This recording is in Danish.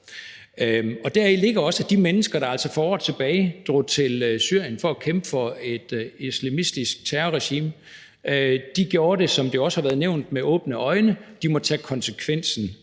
Deri ligger også, at de mennesker, der altså for år tilbage drog til Syrien for at kæmpe for et islamistisk terrorregime, gjorde det, som det også har været nævnt, med åbne øjne – og de må tage konsekvensen